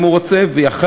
אם הוא רוצה,